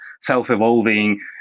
self-evolving